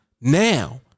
Now